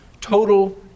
total